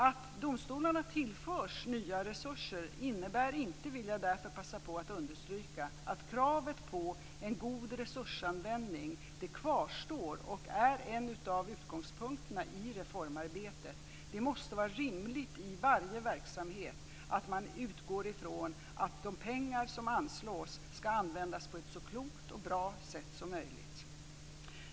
Att domstolarna tillförs nya resurser innebär inte, vill jag därför passa på att understryka, att kravet på en god resursanvändning inte kvarstår. Det är en av utgångspunkterna i reformarbetet. Det måste vara rimligt i varje verksamhet att man utgår från att de pengar som anslås ska användas på ett så klokt och bra sätt som möjligt.